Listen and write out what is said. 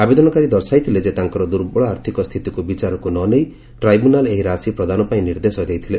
ଆବେଦନକାରୀ ଦର୍ଶାଇଥିଲେ ଯେ ତାଙ୍କର ଦୁର୍ବଳ ଆର୍ଥକ ସ୍ଥିତିକୁ ବିଚାରକୁ ନ ନେଇ ଟ୍ରାଇବ୍ୟୁନାଲ୍ ଏହି ରାଶି ପ୍ରଦାନ ପାଇଁ ନିର୍ଦ୍ଦେଶ ଦେଇଥିଲେ